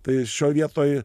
tai šioj vietoj